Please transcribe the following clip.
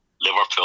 Liverpool